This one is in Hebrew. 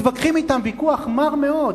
מתווכחים אתם ויכוח מר מאוד,